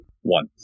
One